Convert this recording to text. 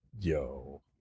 Yo